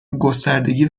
گستردگی